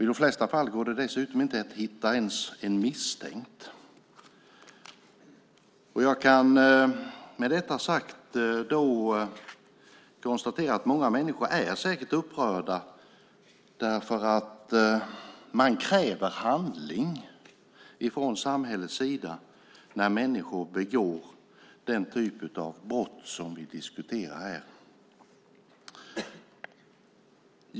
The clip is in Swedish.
I de flesta fall går det dessutom inte ens att hitta en misstänkt. Jag kan med detta sagt konstatera att många människor säkert är upprörda. Man kräver handling från samhällets sida när människor begår den typ av brott som vi diskuterar här.